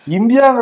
India